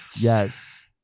Yes